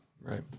right